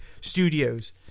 Studios